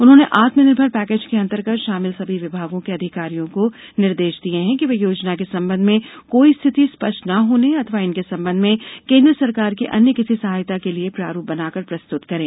उन्होंने आत्मनिर्भर पैकेज के अंतर्गत शामिल सभी विभागों के अधिकारियों को निर्देश दिये है कि वे योजना के संबंध में कोई स्थिति स्पष्ट न होने अथवा इनके संबंध में केन्द्र सरकार की अन्य किसी सहायता के लिए प्रारूप बनाकर प्रस्तुत करें